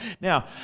Now